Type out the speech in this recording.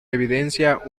evidencia